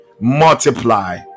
Multiply